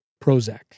Prozac